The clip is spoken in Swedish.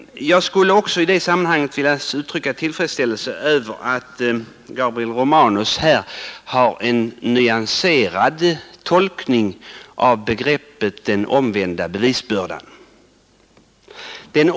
Jag skulle i det sammanhanget också vilja uttrycka tillfredsställelse över att Gabriel Romanus här har gjort en nyanserad tolkning av begreppet omvänd bevisbörda.